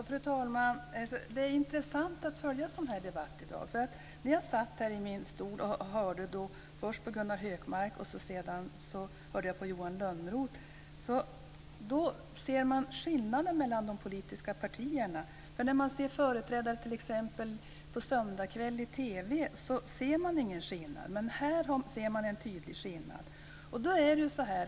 Fru talman! Det är intressant att följa en sådan här debatt i dag. När jag satt i min bänk och först hörde Gunnar Hökmark och sedan Johan Lönnroth såg jag skillnaden mellan de politiska partierna. När man ser företrädarna på TV på söndagkvällen ser man ingen skillnad, men här ser man en tydlig skillnad.